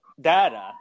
data